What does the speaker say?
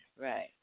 Right